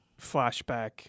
flashback